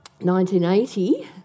1980